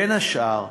בין השאר,